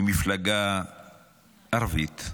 ממפלגה ערבית,